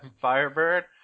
Firebird